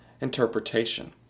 interpretation